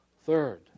Third